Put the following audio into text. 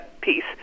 piece